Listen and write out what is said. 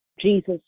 Jesus